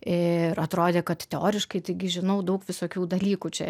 ir atrodė kad teoriškai taigi žinau daug visokių dalykų čia